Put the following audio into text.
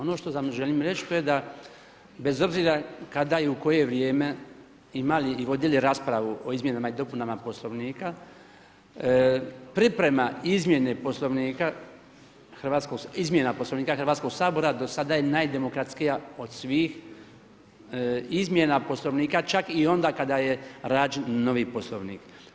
Ono što želim reći to je da bez obzira kada i u koje vrijeme imali i vodili raspravu o izmjenama i dopunama Poslovnika priprema izmjene Poslovnika Hrvatskog sabora do sada je najdemokratskija od svih izmjena Poslovnika čak i onda kada je rađen novi Poslovnik.